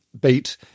beat